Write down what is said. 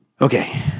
Okay